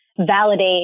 validate